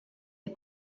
des